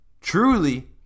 truly